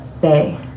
Day